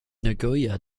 nagoya